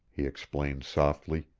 he explained softly,